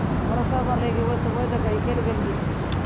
pressure बढ़लै की ओहिसँ ओहि दऽ कऽ निकलि गेलियै